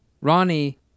Ronnie